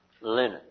linen